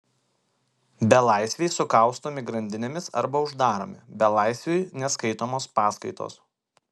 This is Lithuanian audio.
belaisviai sukaustomi grandinėmis arba uždaromi belaisviui neskaitomos paskaitos